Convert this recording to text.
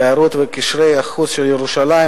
התיירות וקשרי החוץ של ירושלים,